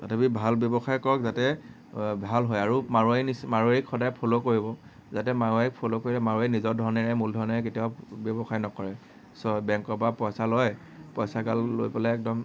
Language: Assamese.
তথাপি ভাল ব্যৱসায় কৰক যাতে ভাল হয় আৰু মাৰোৱাৰীৰ নিচিনা মাৰোৱাৰীক সদায় ফল' কৰিব যাতে মাৰোৱাৰীক ফল' কৰিলে মাৰোৱাৰীয়ে নিজৰ ধনেৰে মূলধনেৰে কেতিয়াও ব্যৱসায় নকৰে সব বেংকৰ পৰা পইচা লয় পইচাগাল লৈ পেলাই একদম